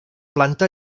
planta